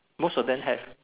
most of them have